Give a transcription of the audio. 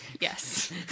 Yes